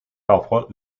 parfois